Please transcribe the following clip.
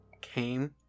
came